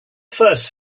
first